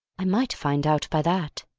i might find out by that.